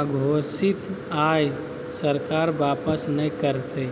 अघोषित आय सरकार वापस नय करतय